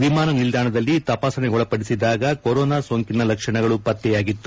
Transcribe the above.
ವಿಮಾನ ನಿಲ್ದಾಣದಲ್ಲಿ ತಪಾಸಣೆಗೊಳಪಡಿಸಿದಾಗ ಕೊರೊನಾ ಸೋಂಕಿನ ಲಕ್ಷಣಗಳು ಪತ್ತೆಯಾಗಿತ್ತು